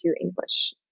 English